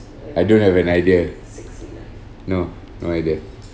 I don't have an idea no no idea